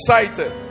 excited